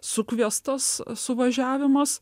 sukviestas suvažiavimas